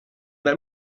let